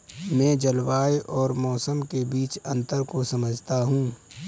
मैं जलवायु और मौसम के बीच अंतर को समझता हूं